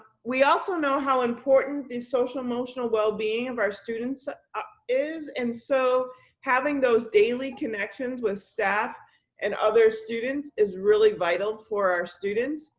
we also know how important the social emotional wellbeing of our students is. and so having those daily connections with staff and other students is really vital for our students.